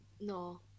No